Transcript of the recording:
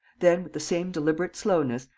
then, with the same deliberate slowness,